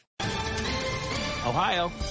Ohio